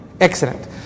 Excellent